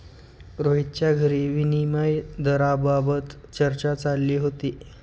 रोहितच्या घरी विनिमय दराबाबत चर्चा चालली होती